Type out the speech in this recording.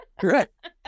correct